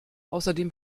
außerdem